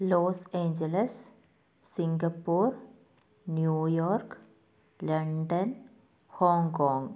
Los Angeles Singapore New York London Hong Kong